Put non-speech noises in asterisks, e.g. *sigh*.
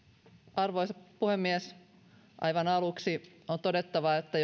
arvoisa puhemies aivan aluksi on todettava että *unintelligible*